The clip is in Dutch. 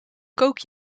kook